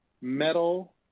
metal